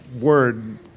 word